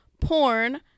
porn